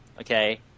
okay